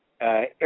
Air